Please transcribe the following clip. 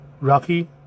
Rocky